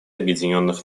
объединенных